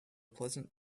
pleasant